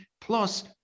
Plus